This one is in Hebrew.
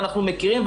ואנחנו מכירים,